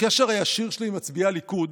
הקשר הישיר שלי עם מצביעי הליכוד,